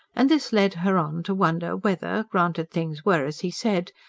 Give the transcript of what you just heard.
and this led her on to wonder whether, granted things were as he said,